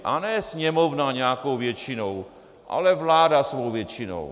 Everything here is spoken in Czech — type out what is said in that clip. A ne Sněmovna nějakou většinou, ale vláda svou většinou.